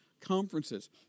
conferences